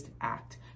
act